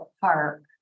park